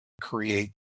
create